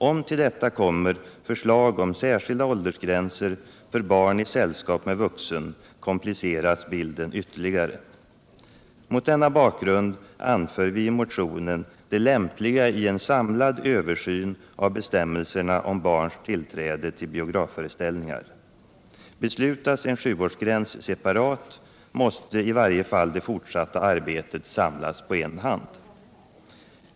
Om till detta kommer förslag om särskilda åldersgränser för barn i sällskap med vuxen, kompliceras bilden ytterligare. Mot denna bakgrund anför vi i motionen det lämpliga i en samlad översyn av bestämmelserna om barns tillträde till biografföreställningar. Beslutas en sjuårsgräns separat, måste i varje fall det fortsatta arbetet samlas på en hand.